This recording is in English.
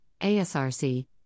ASRC